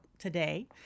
today